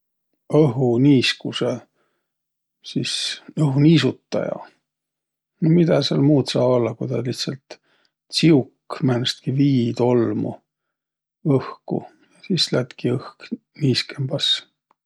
Õhuniiskusõ, sis õhuniisutaja. No midä sääl muud saa ollaq, ku tä lihtsält tsiuk määnestki viitolmu õhku. Sis lättki õhk niiskõmbas.